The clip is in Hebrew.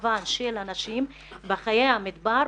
למצבן של הנשים בחיי המדבר,